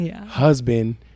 husband